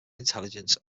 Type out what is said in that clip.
intelligence